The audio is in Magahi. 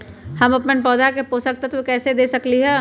हम अपन पौधा के पोषक तत्व कैसे दे सकली ह?